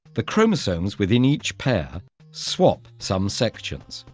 the chromosomes within each pair swap some sections.